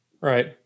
Right